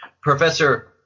Professor